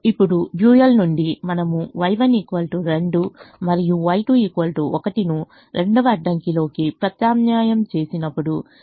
ఇప్పుడు డ్యూయల్ నుండి మనము Y1 2 మరియు Y21 ను రెండవ అడ్డంకిలోకి ప్రత్యామ్నాయం చేసినప్పుడు మనకు 6 3 9 వస్తుంది